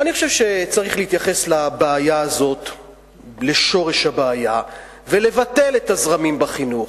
אני חושב שצריך להתייחס לשורש הבעיה ולבטל את הזרמים בחינוך,